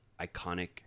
iconic